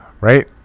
Right